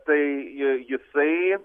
tai jisai